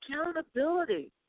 accountability